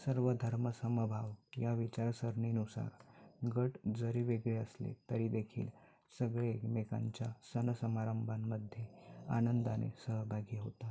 सर्वधर्मसमभाव या विचारसरणीनुसार गट जरी वेगळे असले तरीदेखील सगळे एकमेकांच्या सणसमारंभांमध्ये आनंदाने सहभागी होता